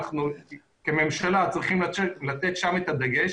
אנחנו כממשלה צריכים לתת שם את הדגש